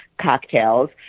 cocktails